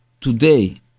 today